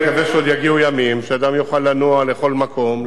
אני מקווה שעוד יגיעו ימים שאדם יוכל לנוע לכל מקום,